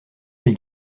les